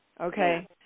okay